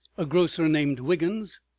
a grocer, named wiggins,